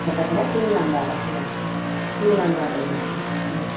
കാട്ടാക്കട തൂങ്ങാംപാറ ആഹ് തൂങ്ങാംപാറയിലാണ്